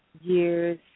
years